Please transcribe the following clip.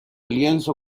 lienzo